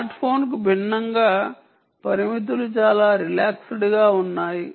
smart ఫోన్కు భిన్నంగా పరిమితులు చాలా రిలాక్స్డ్ గా ఉన్నాయి